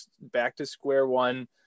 back-to-square-one